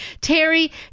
Terry